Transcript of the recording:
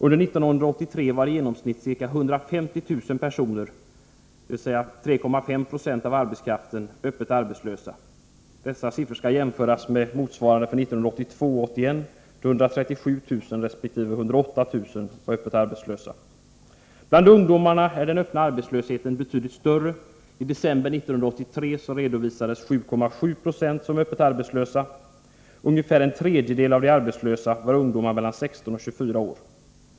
Under 1983 var i genomsnitt ca 150000 personer, dvs. 3,50 av arbetskraften, öppet arbetslösa. Dessa siffror skall jämföras med motsvarande för 1982 och 1981: 137 000 resp. 108000 öppet arbetslösa. Bland ungdomarna är den öppna arbetslösheten betydligt större. I december 1983 redovisades 7,7 90 såsom öppet arbetslösa. Ungefär en tredjedel av de arbetslösa var ungdomar mellan 16 och 24 år.